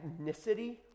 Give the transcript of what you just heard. ethnicity